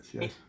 yes